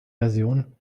version